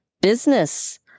business